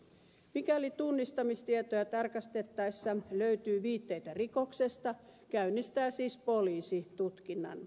mikäli tunnistamistietoja tarkastettaessa löytyy viitteitä rikoksesta käynnistää siis poliisi tutkinnan